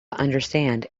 understand